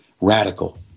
radical